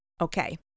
Okay